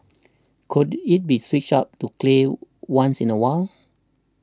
could it be switched up to clay once in a while